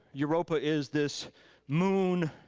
europa is this moon